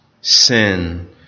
Sin